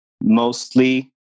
Mostly